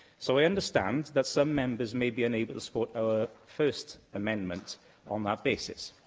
so, i understand that some members may be unable to support our first amendment on that basis,